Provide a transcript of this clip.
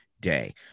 day